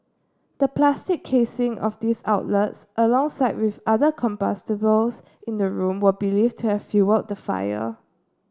the plastic casing of these outlets alongside with other combustibles in the room were believed to have fuelled the fire